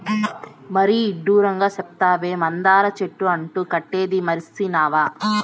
మరీ ఇడ్డూరంగా సెప్తావే, మందార చెట్టు అంటు కట్టేదీ మర్సినావా